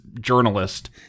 journalist